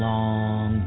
Long